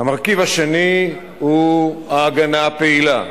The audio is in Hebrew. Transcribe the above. המרכיב השני הוא ההגנה הפעילה,